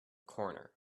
corner